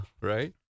right